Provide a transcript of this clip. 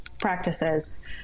practices